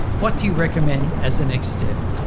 what do you recommend as a next step?